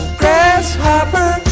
grasshopper